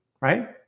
right